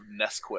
Nesquik